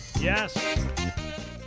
Yes